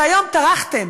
שהיום טרחתם,